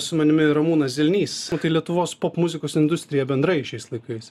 su manimi ramūnas zilnys lietuvos popmuzikos industrija bendrai šiais laikais